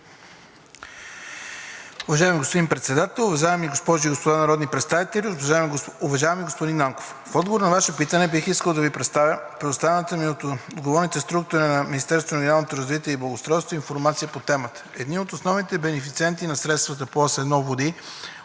господа народни представители! Уважаеми господин Нанков, в отговор на Вашето питане бих искал да Ви представя предоставената ми от отговорните структури на Министерството на регионалното развитие и благоустройството информация по темата. Едни от основните бенефициенти на средства по Ос